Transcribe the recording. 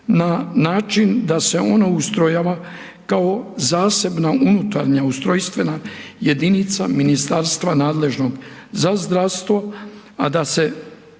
na način da se ona ustrojava kao zasebna unutarnja ustrojstvena jedinica ministarstva nadležnog za zdravstvo, a da se